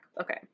Okay